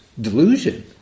delusion